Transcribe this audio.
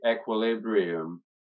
equilibrium